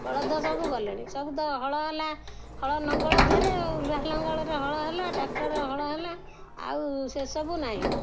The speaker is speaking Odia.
ବଳଦ ସବୁ ଗଲେଣି ସବୁ ତ ହଳ ହେଲା ହଳ ଲଙ୍ଗଳ ଦେହରେ ଆଉ ଲୁହା ଲଙ୍ଗଳରେ ହଳ ହେଲା ଟ୍ରାକ୍ଟରରେ ହଳ ହେଲା ଆଉ ସେସବୁ ନାହିଁ